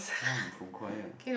ya I'm from choir